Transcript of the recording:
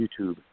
YouTube